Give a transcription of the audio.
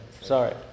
sorry